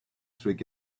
through